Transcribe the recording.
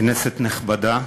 כנסת נכבדה,